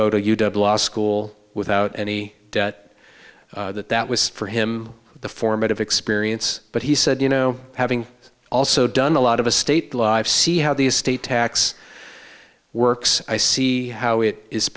to law school without any debt that that was for him the formative experience but he said you know having also done a lot of a state live see how the estate tax works i see how it is